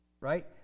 Right